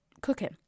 cooking